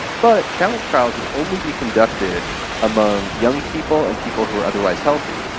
but challenge trials would only be conducted among young people and people who are otherwise healthy.